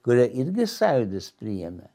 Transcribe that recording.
kurią irgi sąjūdis priėmė